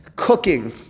cooking